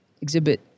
exhibit